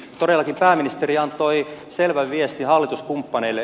todellakin pääministeri antoi selvän viestin hallituskumppaneille